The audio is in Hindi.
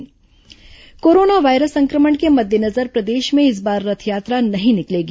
रथयात्रा कोरोना वायरस सं क्र मण के मद्देनजर प्रदेश में इस बार रथयात्रा नहीं निकलेगी